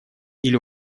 или